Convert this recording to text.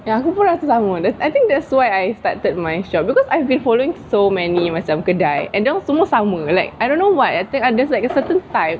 ya aku pun rasa sama I think that's why I started my shop because I've been following so many macam kedai dorang semua sama like I don't know what I think I there's like a certain time